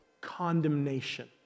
condemnation